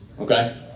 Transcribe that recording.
Okay